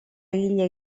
egile